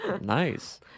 Nice